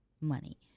money